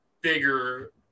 bigger